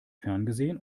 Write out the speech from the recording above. ferngesehen